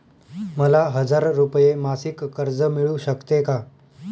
मला हजार रुपये मासिक कर्ज मिळू शकते का?